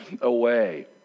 away